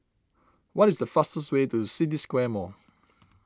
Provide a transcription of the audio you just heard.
what is the fastest way to City Square Mall